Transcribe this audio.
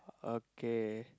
okay